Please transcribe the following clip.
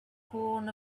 horn